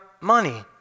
money